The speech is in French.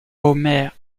homer